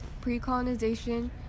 pre-colonization